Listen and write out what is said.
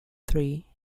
three